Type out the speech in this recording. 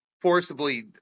forcibly